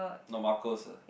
not narcos uh